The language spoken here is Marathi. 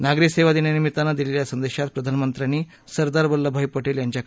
नागरी सेवा दिनानिमित्तानं दिलेल्या संदेशात प्रधानमंत्र्यांनी सरदार वल्लभभाई पटेल यांच्या कार्याचा गौरव केला